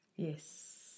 Yes